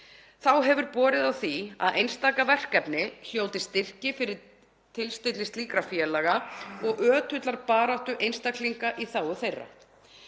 Þá hefur borið á því að einstaka verkefni hljóti styrki fyrir tilstilli slíkra félaga og ötullar baráttu einstaklinga í þágu þeirra.